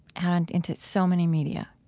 and into so many media?